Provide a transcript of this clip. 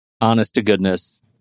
honest-to-goodness